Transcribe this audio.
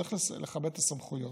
וצריך לכבד את הסמכויות.